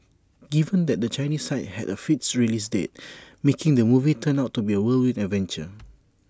given that the Chinese side had A fixed release date making the movie turned out to be A whirlwind adventure